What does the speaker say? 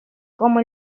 como